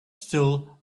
still